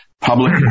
public